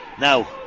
now